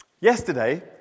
Yesterday